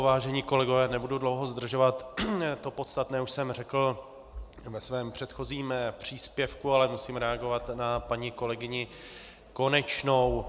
Vážení kolegové, nebudu dlouho zdržovat, to podstatné už jsem řekl ve svém předchozím příspěvku, ale musím reagovat na paní kolegyni Konečnou.